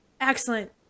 Excellent